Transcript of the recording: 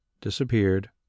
disappeared